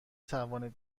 توانید